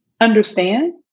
understand